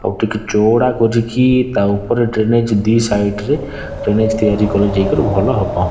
ଆଉ ଟିକେ ଚଉଡ଼ା କରି କି ତା ଉପରେ ଡ଼୍ରେନେଜ୍ ଦି ସାଇଟ୍ରେ ଡ଼୍ରେନେଜ୍ ତିଆରି କଲେ ଯାଇକିରି ଭଲ ହେବ